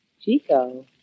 Chico